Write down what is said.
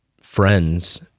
friends